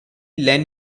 len